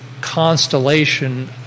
constellation